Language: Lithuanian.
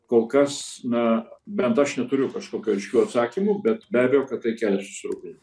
kol kas na bent aš neturiu kažkokių aiškių atsakymų bet be abejo kad tai kelia susirūpinimą